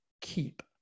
keep